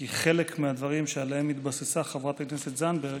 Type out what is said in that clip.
כי חלק מהדברים שעליהם התבססה חברת הכנסת זנדברג,